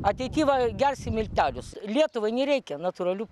ateity va ir gersim miltelius lietuvai nereikia natūralių